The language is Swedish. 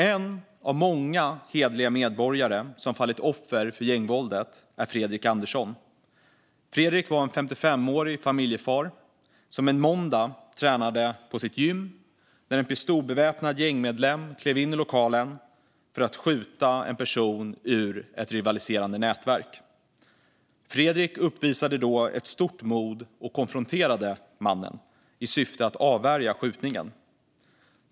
En av många hederliga medborgare som fallit offer för gängvåldet är Fredrik Andersson. Fredrik var en 55-årig familjefar som en måndag tränade på sitt gym när en pistolbeväpnad gängmedlem klev in i lokalen för att skjuta en person ur ett rivaliserande nätverk. Fredrik uppvisade då stort mod och konfronterade mannen i syfte att avvärja skjutningen.